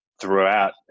throughout